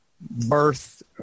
birth